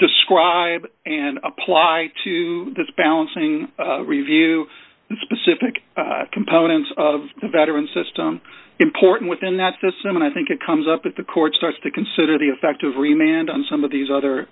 describe and apply to this balancing review and specific components of the veteran system important within that system and i think it comes up at the court starts to consider the effect of remand on some of these other